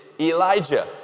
Elijah